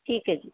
ਠੀਕ ਹੈ ਜੀ